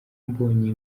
mbonye